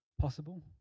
possible